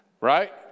Right